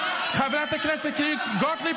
חברת הכנסת גוטליב,